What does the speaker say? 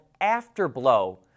after-blow